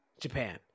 japan